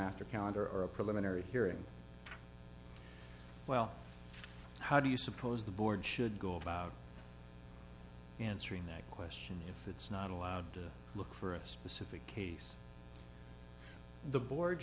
master counter or a preliminary hearing well how do you suppose the board should go about answering that question if it's not allowed to look for a specific case the board